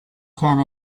can